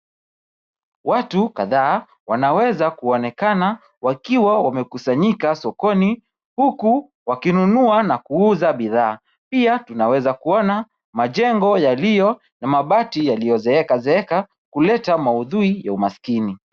Watu kadhaa wanaweza kuonekana wakiwa wamekusanyika sokoni, huku wakinunua na kuuza bidhaa. Pia tunaweza kuona majengo yaliyo na mabati yaliyozeeka zeeka kuleta maudhui ya umaskini.